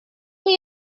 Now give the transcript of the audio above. chi